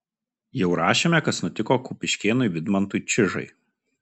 jau rašėme kas nutiko kupiškėnui vidmantui čižai